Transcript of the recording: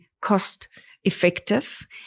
cost-effective